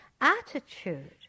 attitude